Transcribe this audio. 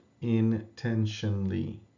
intentionally